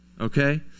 okay